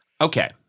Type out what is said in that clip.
Okay